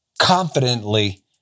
confidently